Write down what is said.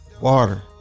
water